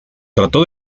trató